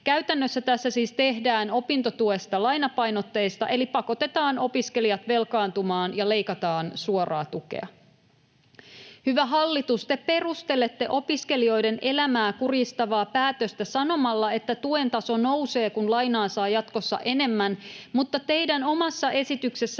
Käytännössä tässä siis tehdään opintotuesta lainapainotteista eli pakotetaan opiskelijat velkaantumaan ja leikataan suoraa tukea. Hyvä hallitus, te perustelette opiskelijoiden elämää kurjistavaa päätöstä sanomalla, että tuen taso nousee, kun lainaa saa jatkossa enemmän, mutta teidän omassa esityksessänne